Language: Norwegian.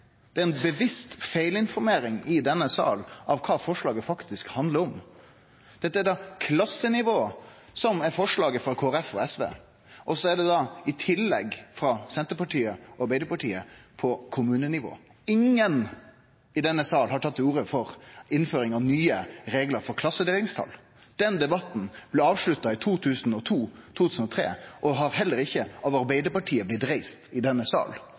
i denne salen ein bevisst feilinformasjon om kva forslaget faktisk handlar om. Forslaga frå Kristeleg Folkeparti og frå SV er om skulenivå, og i tillegg er forslaget frå Senterpartiet og Arbeidarpartiet om kommunenivå. Ingen i denne salen har tatt til orde for innføring av nye reglar for klassedelingstal. Den debatten blei avslutta i 2002–2003 og har heller ikkje av Arbeidarpartiet blitt reist i denne